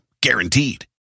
guaranteed